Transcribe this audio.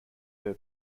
her